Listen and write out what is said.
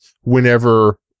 whenever